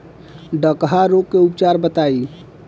डकहा रोग के उपचार बताई?